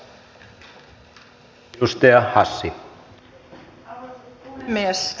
arvoisa puhemies